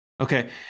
Okay